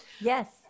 Yes